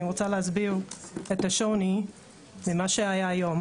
אני רוצה להסביר את השוני ממה שהיה היום.